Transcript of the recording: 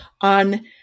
on